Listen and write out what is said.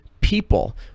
people